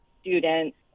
students